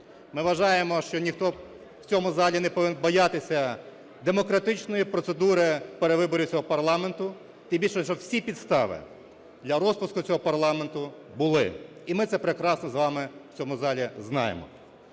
Ми вважаємо, що ніхто в цьому залі не повинен боятися демократичної процедури в перевиборі цього парламенту, тим більше що всі підстави для розпуску цього парламенту були. І ми це прекрасно з вами в цьому залі знаємо.